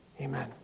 Amen